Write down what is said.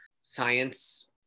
science